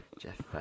Jeff